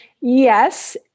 yes